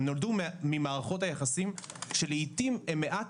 הם נולדו ממערכות היחסים שלעתים הם מעט